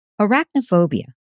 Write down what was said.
Arachnophobia